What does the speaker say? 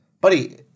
buddy